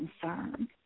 concern